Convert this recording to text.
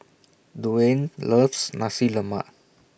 Duane loves Nasi Lemak